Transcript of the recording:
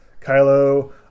Kylo